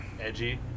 Edgy